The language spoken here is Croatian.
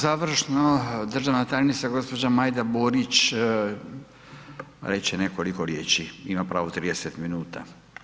Završno državna tajnica gospođa Majda Burić reći će nekoliko riječi, ima pravo 30 minuta.